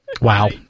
wow